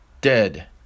dead